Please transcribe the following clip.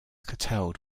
curtailed